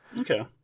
Okay